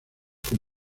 con